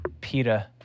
PETA